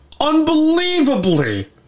unbelievably